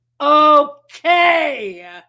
okay